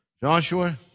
Joshua